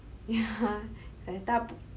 ya 很大